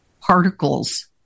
particles